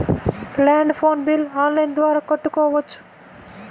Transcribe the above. Land phone bill online ద్వారా కట్టుకోవచ్చు?